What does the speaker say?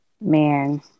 man